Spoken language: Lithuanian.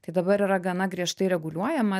tai dabar yra gana griežtai reguliuojama